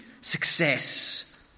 success